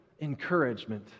encouragement